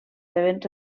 rebent